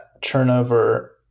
turnover